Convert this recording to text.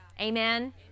Amen